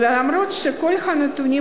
ואפילו שכל הנתונים